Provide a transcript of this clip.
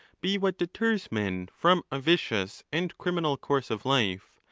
be what deters men from a vicious and criminal course of life,